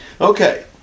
Okay